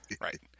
Right